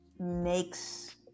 makes